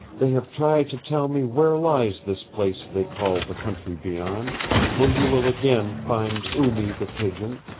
they have tried to tell me where lies this place they call the country beyond where you will again find oo-mee the pigeon.